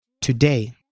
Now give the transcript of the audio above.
Today